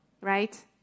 right